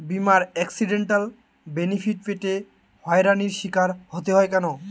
বিমার accidental benefit পেতে হয়রানির স্বীকার হতে হয় কেন?